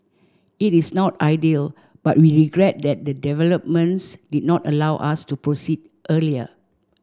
it is not ideal but we regret that the developments did not allow us to proceed earlier